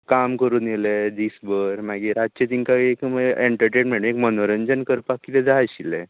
काम करून येयले दीसबर मागीर रातचें तांकां एक एन्टरटेनमेंट एक मनोरंजन करपाक किदें जाय आशिल्लें